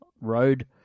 road